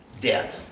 Death